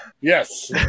Yes